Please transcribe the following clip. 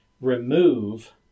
remove